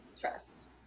trust